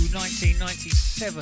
1997